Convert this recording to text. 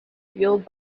fueled